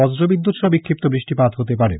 বজ্র বিদ্যুৎ সহ বিক্ষিপ্ত বৃষ্টি হতে পারে